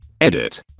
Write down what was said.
Edit